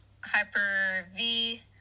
Hyper-V